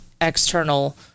external